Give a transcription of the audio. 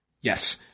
Yes